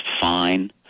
fine